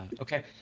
Okay